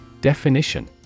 Definition